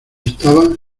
estaba